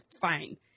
fine